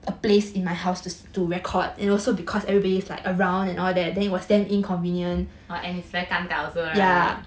oh it's like very 尴尬 also right